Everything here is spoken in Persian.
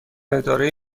اداره